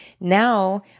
now